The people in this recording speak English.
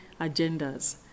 agendas